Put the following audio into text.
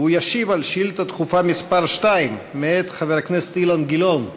והוא ישיב על שאילתה דחופה מס' 2 מאת חבר הכנסת אילן גילאון.